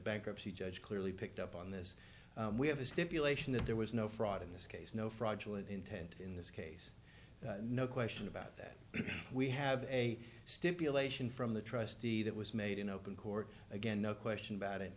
bankruptcy judge clearly picked up on this we have a stipulation that there was no fraud in this case no fraudulent intent in this case no question about that but we have a stipulation from the trustee that was made in open court again no question about it